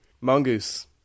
mongoose